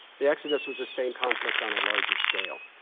the exodus was the same conflict on larger scale.